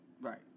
Right